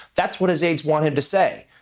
that's what his aids want him to say.